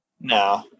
No